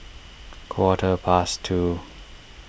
quarter past two